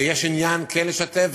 ויש עניין כן לשתף.